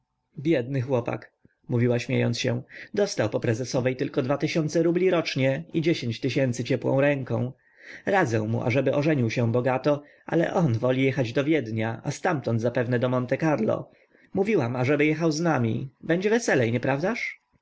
biedny chłopak mówiła śmiejąc się dostał po prezesowej tylko dwa tysiące rubli rocznie i dziesięć tysięcy ciepłą ręką radzę mu ażeby ożenił się bogato ale on woli jechać do wiednia a ztamtąd zapewne do monte carlo mówiłam ażeby jechał z nami będzie weselej